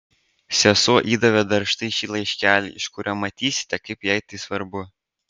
sesuo įdavė dar štai šį laiškelį iš kurio matysite kaip jai tai svarbu